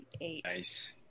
Nice